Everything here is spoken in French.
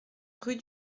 rue